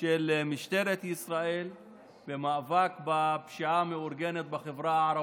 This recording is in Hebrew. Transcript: של משטרת ישראל במאבק בפשיעה המאורגנת בחברה הערבית.